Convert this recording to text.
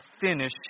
finish